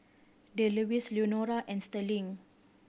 Delois Leonora and Sterling